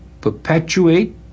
perpetuate